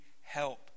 help